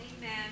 Amen